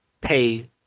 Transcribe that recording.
pay